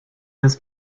ist